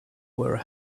were